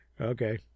Okay